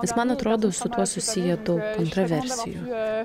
nes man atrodo su tuo susiję daug kontraversijų